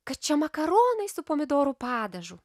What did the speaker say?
kad čia makaronai su pomidorų padažu